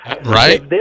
Right